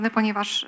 ponieważ